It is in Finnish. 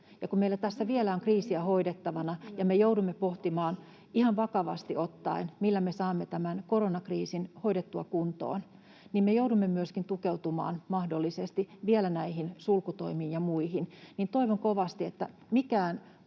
kun meillä tässä vielä on kriisiä hoidettavana ja me joudumme pohtimaan ihan vakavasti ottaen, millä me saamme tämän koronakriisin hoidettua kuntoon, ja me mahdollisesti joudumme myöskin tukeutumaan vielä näihin sulkutoimiin ja muihin, niin toivon kovasti, että mikään